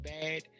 bad